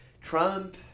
Trump